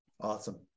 Awesome